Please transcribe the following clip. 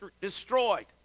destroyed